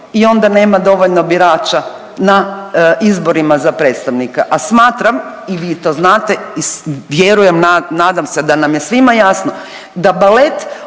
i onda nema dovoljno birača na izborima za predstavnika, a smatram i vi to znate i vjerujem nadam se da nam je svima jasno da balet,